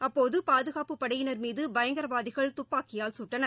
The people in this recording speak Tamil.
அப்போது பாதுகாப்பு படையினர் மீது பயங்கரவாதிகள் துப்பாக்கியால் சுட்டனர்